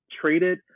traded